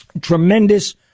tremendous